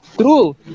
True